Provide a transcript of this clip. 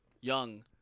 young